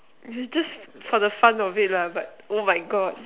it's just for the fun of it lah but oh my God